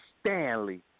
Stanley